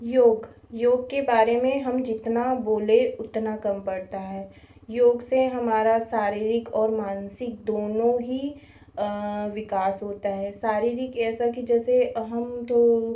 योग योग के बारे में हम जितना बोलें उतना कम पड़ता है योग से हमारा शारीरिक और मानसिक दोनों ही विकास होता है शारीरिक ऐसा कि जैसे हम तो